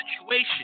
situation